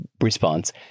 response